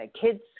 kids